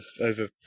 over